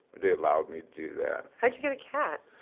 they allowed me to do that how'd you get a cat?